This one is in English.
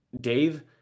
Dave